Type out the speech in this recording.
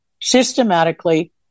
systematically